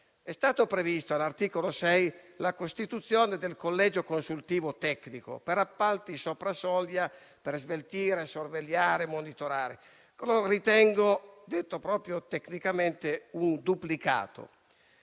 è stata prevista all'articolo 6 la costituzione del collegio consultivo tecnico per appalti sopra soglia, per sveltire, sorvegliare e monitorare. Ritengo che questo sia tecnicamente un duplicato.